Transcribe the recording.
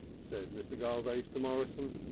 said mr. garvace to morrison.